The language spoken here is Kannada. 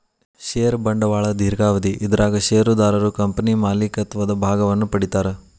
ಷೇರ ಬಂಡವಾಳ ದೇರ್ಘಾವಧಿ ಇದರಾಗ ಷೇರುದಾರರು ಕಂಪನಿ ಮಾಲೇಕತ್ವದ ಭಾಗವನ್ನ ಪಡಿತಾರಾ